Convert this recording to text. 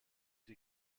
die